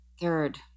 third